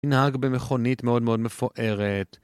נהג במכונית מאוד מאוד מפוארת